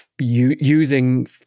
using